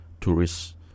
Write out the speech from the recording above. tourists